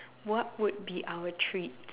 what would be our trait